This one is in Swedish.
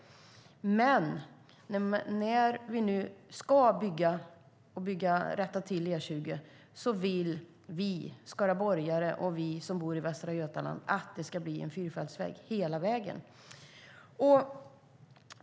Men när vi nu ska rätta till E20 vill vi skaraborgare och vi som bor i Västra Götaland att hela vägen ska bli en fyrfältsväg.